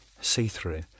see-through